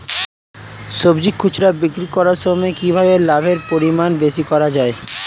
সবজি খুচরা বিক্রি করার সময় কিভাবে লাভের পরিমাণ বেশি করা যায়?